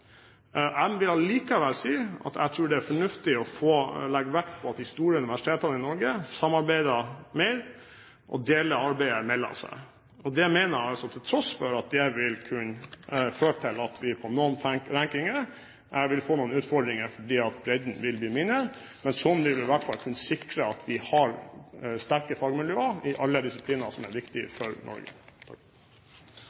Jeg vil likevel si at jeg tror det er fornuftig å legge vekt på at de store universitetene i Norge samarbeider mer og deler arbeidet mellom seg. Det mener jeg til tross for at det vil kunne føre til at vi på noen rankinger vil få noen utfordringer fordi bredden vil bli mindre. Men slik vil vi i hvert fall kunne sikre at vi har sterke fagmiljøer i alle disipliner som er viktige